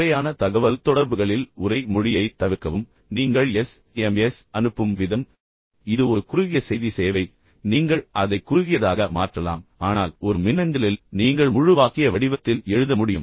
முறையான தகவல்தொடர்புகளில் உரை மொழியைத் தவிர்க்கவும் நீங்கள் எஸ்எம்எஸ் அனுப்பும் விதம் அது பரவாயில்லை இது ஒரு குறுகிய செய்தி சேவை எனவே நீங்கள் அதை குறுகியதாக மாற்றலாம் ஆனால் ஒரு மின்னஞ்சலில் நீங்கள் முழு வாக்கிய வடிவத்தில் எழுத முடியும்